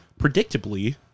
predictably